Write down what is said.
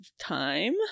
time